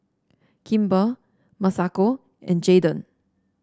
Kimber Masako and Jaeden